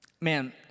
Man